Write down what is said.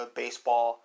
baseball